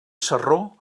sarró